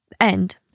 end